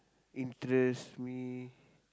interest me